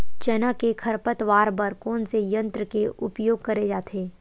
चना के खरपतवार बर कोन से यंत्र के उपयोग करे जाथे?